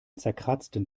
zerkratzten